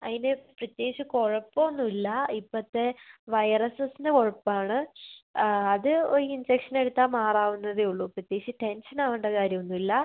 അതിന് പ്രത്യേകിച്ച് കുഴപ്പമൊന്നൂലാ ഇപ്പോഴത്തെ വൈറസസ്സിൻ്റെ കുഴപ്പമാണ് അത് ഒരു ഇൻജെക്ഷനെടുത്താൽ മാറാവുന്നതേ ഉള്ളൂ പ്രത്യേകിച്ച് ടെൻഷൻ ആവണ്ട കാര്യൊന്നൂല്ലാ